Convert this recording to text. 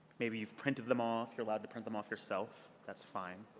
maybe you've printed them off. you're allowed to print them off yourself. that's fine.